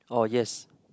oh yes